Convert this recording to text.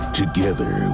together